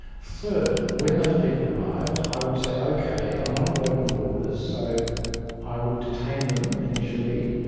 third, when those people arrived, i would say, okay i'm not into open borders so i would detain them initially